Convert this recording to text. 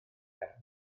eraill